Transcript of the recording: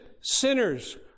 sinners